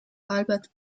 albert